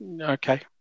okay